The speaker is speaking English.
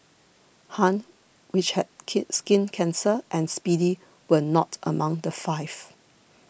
Han which had kid skin cancer and Speedy were not among the five